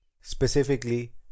Specifically